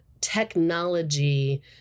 technology